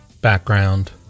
...background